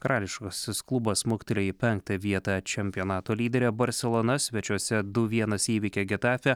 karališkasis klubas smuktelėjo į penktą vietą čempionato lyderė barselona svečiuose du vienas įveikė getafę